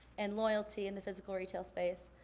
and loyalty in the physical retail space,